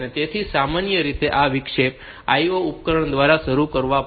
તેથી સામાન્ય રીતે આ વિક્ષેપ IO ઉપકરણ દ્વારા શરૂ કરવા પડશે